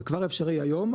זה כבר אפשרי היום,